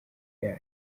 yayo